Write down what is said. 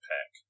Pack